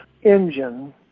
engine